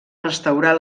restaurar